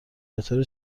بطور